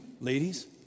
ladies